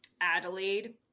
Adelaide